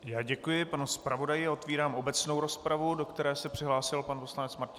Já děkuji panu zpravodaji a otevírám obecnou rozpravu, do které se přihlásil pan poslanec Martin Lank.